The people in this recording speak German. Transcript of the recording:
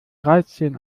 dreizehn